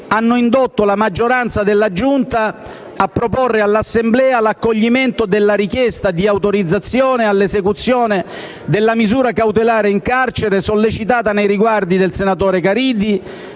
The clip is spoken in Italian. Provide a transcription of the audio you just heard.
hanno indotto la maggioranza della Giunta a proporre all'Assemblea l'accoglimento della richiesta di autorizzazione all'esecuzione della misura cautelare in carcere sollecitata nei riguardi del senatore Caridi,